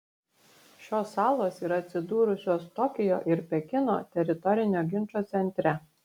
šios salos yra atsidūrusios tokijo ir pekino teritorinio ginčo centre